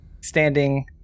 standing